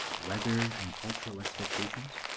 weather, and cultural expectations,